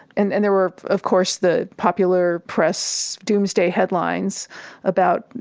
and and there were, of course, the popular press doomsday headlines about,